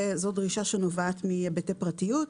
זו דרישה שנובעת מהיבטי פרטיות.